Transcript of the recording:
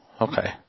okay